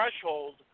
threshold